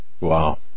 wow